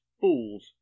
fools